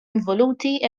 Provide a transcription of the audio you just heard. involuti